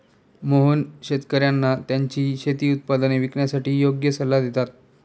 मोहन शेतकर्यांना त्यांची शेती उत्पादने विकण्यासाठी योग्य सल्ला देतात